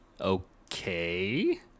Okay